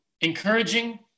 encouraging